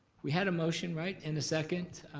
we had a motion, right, and a second?